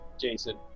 Jason